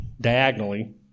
diagonally